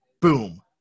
Boom